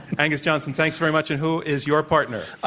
angus johnston, thanks very much. and who is your partner?